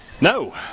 No